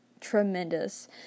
tremendous